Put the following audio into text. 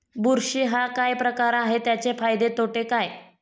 बुरशी हा काय प्रकार आहे, त्याचे फायदे तोटे काय?